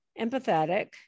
empathetic